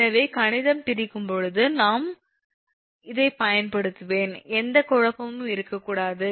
எனவே கணிதம் பிரிக்கும் போது நான் இதைப் பயன்படுத்துவேன் எந்த குழப்பமும் இருக்கக் கூடாது